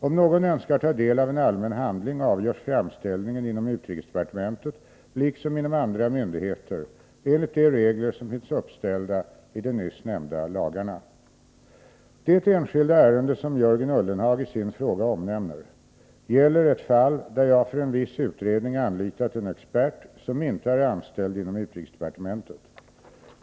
Om någon önskar ta del av en allmän handling, avgörs framställningen inom utrikesdepartementet liksom inom andra myndigheter enligt de regler som finns uppställda i de nyss nämnda lagarna. Det enskilda ärende som Jörgen Ullenhag i sin fråga omnämner gäller ett fall där jag för en viss utredning anlitat en expert som inte är anställd inom utrikesdepartementet.